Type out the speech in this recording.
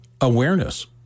Awareness